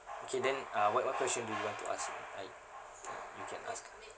okay then uh what what question do you want to ask me right you can ask